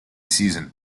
season